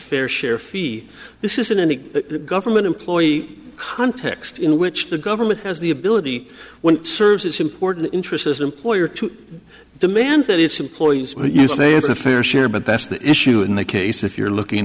fair share fee this isn't any government employee context in which the government has the ability when it serves its important interest as an employer to demand that its employees what you say is a fair share but that's the issue in the case if you're looking